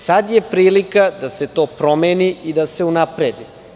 Sada je prilika da se to promeni i da se unapredi.